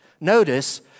Notice